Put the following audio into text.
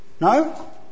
No